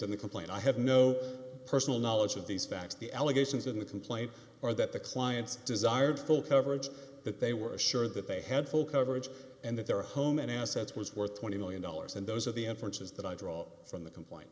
the complaint i have no personal knowledge of these facts the allegations in the complaint or that the clients desired full coverage that they were sure that they had full coverage and that their home and assets was worth twenty million dollars and those are the inference is that i draw from the complaint